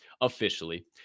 Officially